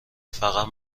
فقط